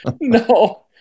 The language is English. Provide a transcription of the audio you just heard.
No